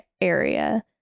area